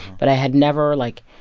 but i had never, like,